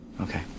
Okay